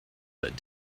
that